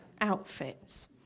outfits